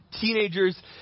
teenagers